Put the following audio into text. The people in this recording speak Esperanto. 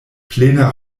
plena